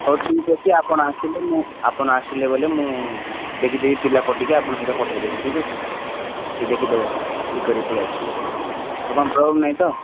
ହଉ ଠିକ୍ ଅଛି ଆପଣ ଆସନ୍ତୁ ମୁଁ ଆପଣ ଆସିଲେ ବୋଲି ମୁଁ ବେଗି ବେଗି ପିଲା ପଠାଇକି ଆପଣଙ୍କ ସହିତ ପଠାଇ ଦେବି ଠିକ୍ ଅଛି ସେ ଦେଖିଦେବ ଠିକ୍ କରିକି ପଳାଇ ଆସିବ ଆପଣଙ୍କର ପ୍ରୋବ୍ଲେମ୍ ନାହିଁ ତ